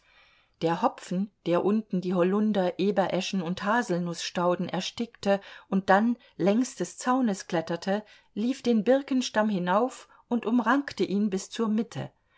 der hopfen der unten die holunder ebereschen und haselnußstauden erstickte und dann längs des zaunes kletterte lief den birkenstamm hinauf und umrankte ihn bis zur mitte